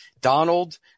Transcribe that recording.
Donald